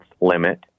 limit